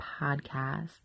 podcast